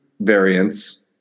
variants